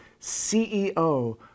CEO